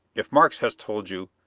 if markes has told you,